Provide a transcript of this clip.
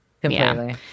completely